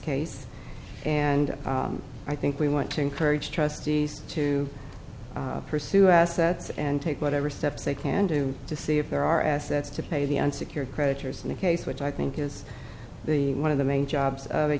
case and i think we want to encourage trustees to pursue assets and take whatever steps they can do to see if there are assets to pay the unsecured creditors in the case which i think is the one of the main jobs o